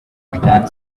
clan